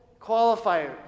qualifier